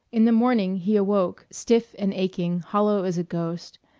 in the morning he awoke stiff and aching, hollow as a ghost,